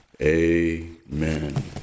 amen